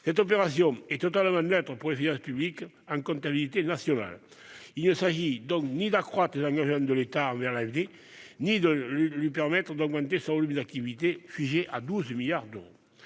Cette opération est totalement neutre pour les finances publiques en comptabilité nationale. Il ne s'agit ni d'accroître les engagements de l'État envers l'AFD ni de lui permettre d'augmenter son volume d'activité, figé à 12 milliards d'euros.